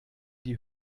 die